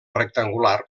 rectangular